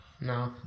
No